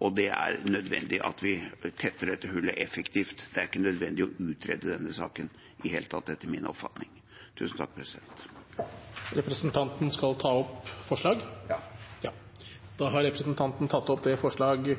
og det er nødvendig at vi tetter dette hullet effektivt. Det er ikke nødvendig å utrede denne saken i det hele tatt, etter min oppfatning. Jeg tar opp forslaget. Representanten Martin Kolberg har tatt opp det forslaget